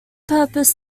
purpose